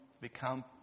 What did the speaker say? become